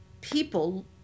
people